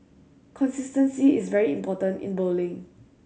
consistency is very important in bowling